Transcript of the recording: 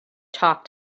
talk